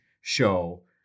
show